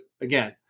again